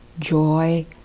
joy